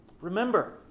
Remember